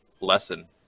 lesson